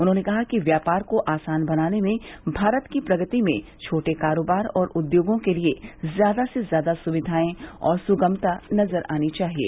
उन्होंने कहा कि व्यापार को आसान बनाने में भारत की प्रगति छोटे कारोबार और उद्योगों के लिये ज़्यादा से ज़्यादा सुविधायें और सुगमता नज़र आनी चाहिये